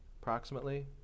Approximately